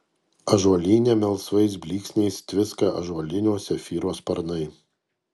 ąžuolyne melsvais blyksniais tviska ąžuolinio zefyro sparnai